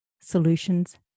solutions